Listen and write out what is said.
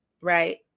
right